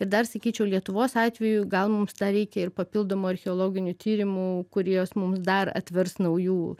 ir dar sakyčiau lietuvos atveju gal mums dar reikia ir papildomų archeologinių tyrimų kurios mums dar atvers naujų